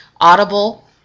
audible